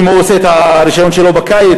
אם הוא עושה את הרישיון שלו בקיץ,